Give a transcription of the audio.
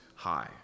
high